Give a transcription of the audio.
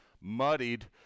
muddied